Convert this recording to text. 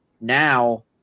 now